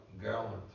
gallant